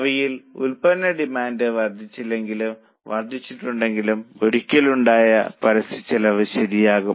ഭാവിയിൽ ഉൽപ്പന്ന ഡിമാൻഡ് വർധിച്ചില്ലെങ്കിലും വർധിച്ചിട്ടുണ്ടെങ്കിലും ഒരിക്കൽ ഉണ്ടാക്കിയ പരസ്യച്ചെലവ് ശരിയാകും